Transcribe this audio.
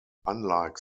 unlike